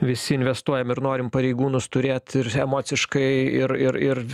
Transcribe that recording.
visi investuojam ir norim pareigūnus turėt ir emociškai ir ir